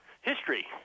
history